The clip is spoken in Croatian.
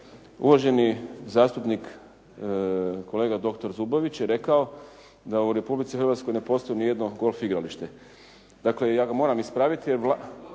uvaženi zastupnik kolega doktor Zubović je rekao da u Republici Hrvatskoj ne postoji ni jedno golf igralište.